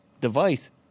device